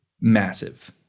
Massive